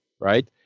right